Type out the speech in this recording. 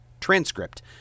transcript